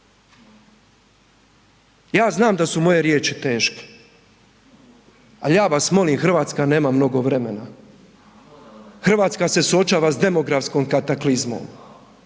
Ja znam da su moje riječi teške, ali ja vas molim, Hrvatska nema mnogo vremena. Hrvatska se suočava s demografskom kataklizmom.